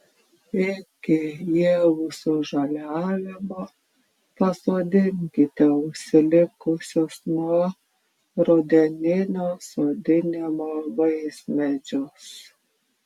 iki ievų sužaliavimo pasodinkite užsilikusius nuo rudeninio sodinimo vaismedžius